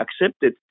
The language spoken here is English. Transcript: accepted